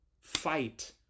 fight